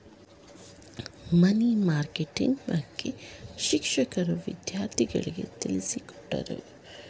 ಮನಿ marketing ಬಗ್ಗೆ ಶಿಕ್ಷಕರು ವಿದ್ಯಾರ್ಥಿಗಳಿಗೆ ತಿಳಿಸಿಕೊಟ್ಟರು